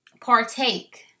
partake